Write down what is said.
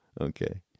Okay